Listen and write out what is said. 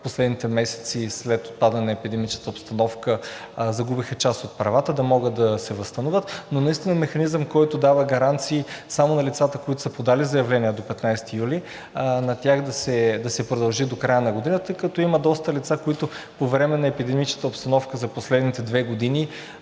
последните месеци след падане на епидемичната обстановка загубиха част от правата, да могат да се възстановят, но наистина механизъм, който дава гаранции само на лицата, подали заявления до 15 юли, на тях да се продължи до края на годината, като има лица, които по време на епидемичната обстановка за последните две години